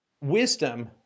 Wisdom